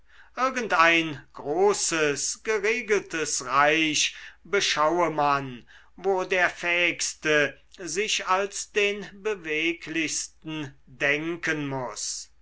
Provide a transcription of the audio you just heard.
irgendein großes geregeltes reich beschaue man wo der fähigste sich als den beweglichsten denken muß